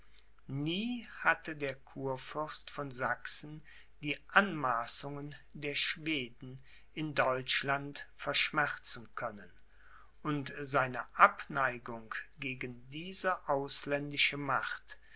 nie hatte der kurfürst von sachsen die anmaßungen der schweden in deutschland verschmerzen können und seine abneigung gegen diese ausländische macht